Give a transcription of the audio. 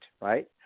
right